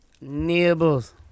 Nibbles